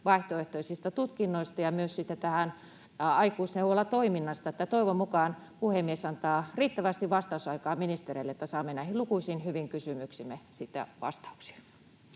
vaihtoehtoisista tutkinnoista ja myös sitten tästä aikuisneuvolatoiminnasta. Toivon mukaan puhemies antaa riittävästi vastausaikaa ministereille, että saamme näihin lukuisiin hyvin kysymyksiimme sitten vastauksia.